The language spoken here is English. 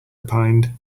opined